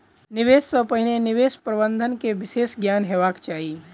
निवेश सॅ पहिने निवेश प्रबंधन के विशेष ज्ञान हेबाक चाही